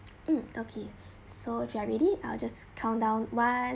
mm okay so if you're ready I'll just countdown one